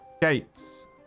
gates